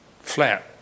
flat